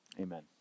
Amen